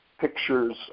pictures